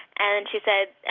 and she said,